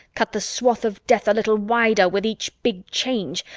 cut the swath of death a little wider with each big change,